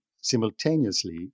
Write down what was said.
simultaneously